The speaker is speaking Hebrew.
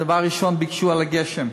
הדבר הראשון, ביקשו על הגשם,